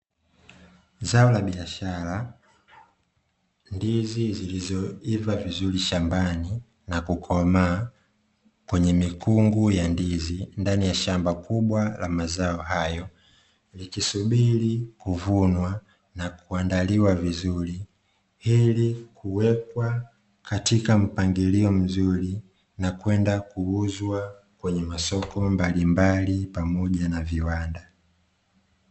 Zao la biashara, ndizi zilizoiva vizuri shambani na kukomaa kwenye mikungu ya ndizi ndani ya shamba kubwa la mazao hayo likisubiri kuvunwa na kuandaliwa vizuri ili kuwekwa katika mpangilio mzuri na kwenda kuuzwa kwenye masoko mbalimbali pamoja na viwanda.